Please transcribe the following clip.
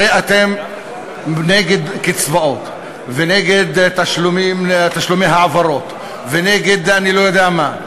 הרי אתם נגד קצבאות ונגד תשלומי העברה ונגד אני לא יודע מה.